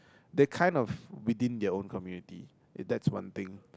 they kind of within their own community if that's one thing